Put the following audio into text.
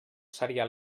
seria